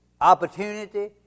opportunity